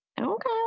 okay